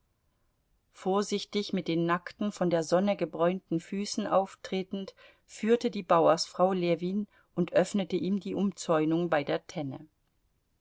vorsichtig mit den nackten von der sonne gebräunten füßen auftretend führte die bauersfrau ljewin und öffnete ihm die umzäunung bei der tenne